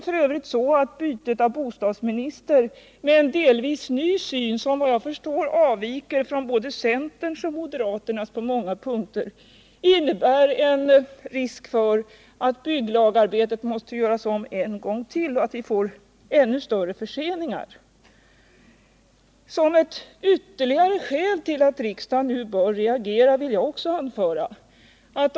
Det är f. ö. så att bytet av bostadsminister till en person med en delvis ny syn, som såvitt jag förstår avviker från både centerns och moderaternas på många punkter, innebär en risk för att bygglagarbetet måste göras om en gång till och att vi får ännu större förseningar. Som ett ytterligare skäl till att riksdagen nu bör reagera vill jag också anföra följande.